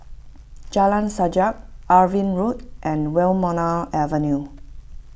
Jalan Sajak Irving Road and Wilmonar Avenue